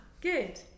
good